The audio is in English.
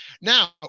Now